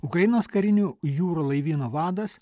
ukrainos karinių jūrų laivyno vadas